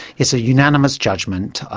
it's a unanimous judgment,